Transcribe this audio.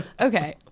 Okay